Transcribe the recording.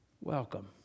welcome